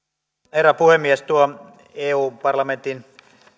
herra puhemies tuo eu parlamentin